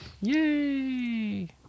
Yay